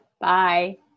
bye